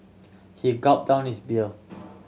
he gulp down his beer